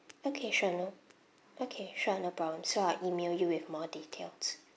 okay sure no okay sure no problem so I'll email you with more details